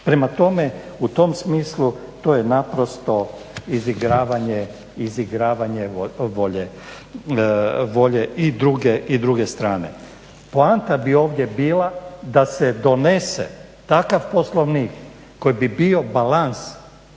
Prema tome, u tom smislu to je naprosto izigravanje volje i druge strane. Poanta bi ovdje bila da se donese takav Poslovnik koji bi bio balans